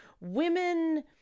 Women